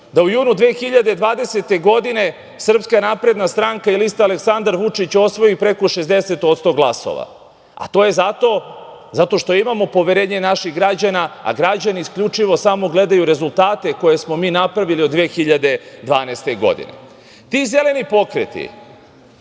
da u junu 2020. godine Srpska napredna stranka i lista Aleksandar Vučić osvoji preko 60% glasova? To je zato što imamo poverenje naših građana, a građani isključivo samo gledaju rezultate koje smo mi napravili od 2012. godine. Ti zeleni pokreti